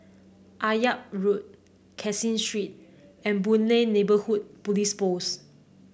Akyab Road Caseen Street and Boon Lay Neighbourhood Police Post